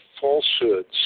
falsehoods